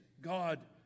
God